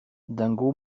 dingo